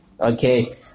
Okay